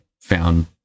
found